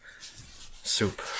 Soup